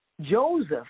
Joseph